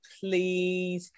please